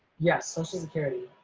yes, social security.